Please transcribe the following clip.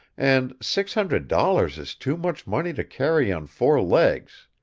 and six hundred dollars is too much money to carry on four legs.